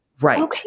Right